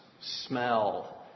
smell